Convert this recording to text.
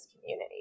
community